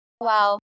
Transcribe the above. Wow